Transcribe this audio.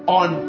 on